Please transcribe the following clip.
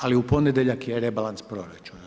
Ali u ponedjeljak je rebalans proračuna.